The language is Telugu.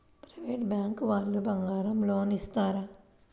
ప్రైవేట్ బ్యాంకు వాళ్ళు బంగారం లోన్ ఇస్తారా?